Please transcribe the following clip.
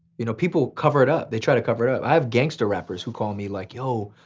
you know, people cover it up, they try to cover it up. i have gangsta rappers who call me, like, yo,